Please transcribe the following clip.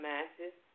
Masses